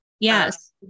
Yes